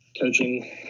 coaching